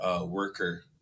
worker